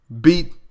beat